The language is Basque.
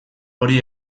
hori